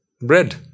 Bread